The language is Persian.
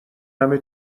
همه